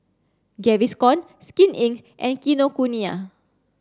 Gaviscon Skin Inc and Kinokuniya